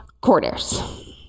quarters